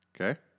Okay